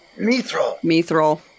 Mithril